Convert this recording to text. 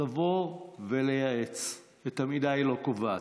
לבוא ולייעץ, את המידה היא לא קובעת.